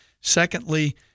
secondly